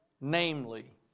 namely